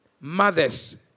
mothers